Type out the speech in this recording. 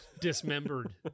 Dismembered